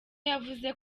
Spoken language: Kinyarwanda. yavuze